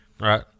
right